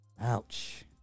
ouch